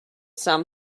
some